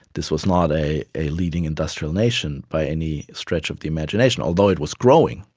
this was not a a leading industrial nation by any stretch of the imagination although it was growing,